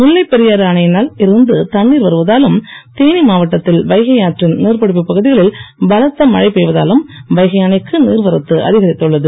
முல்லைப் பெரியாறு அணையின் இருந்து தண்ணீர் வருவதாலும் தேனீ மாவட்டத்தில் வைகை ஆற்றின் நீர்பிடிப்பு பகுதிகளில் பலத்த மழை பெய்வதாலும் வைகை அணைக்கு நீர்வரத்து அதிகரித்துள்ளது